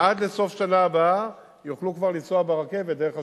עד סוף השנה הבאה יוכלו כבר לנסוע ברכבת דרך אשקלון,